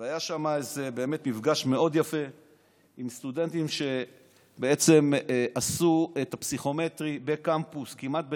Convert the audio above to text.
היה שם מפגש מאוד יפה עם סטודנטים שעשו את הפסיכומטרי בקמפוס כמעט חינם,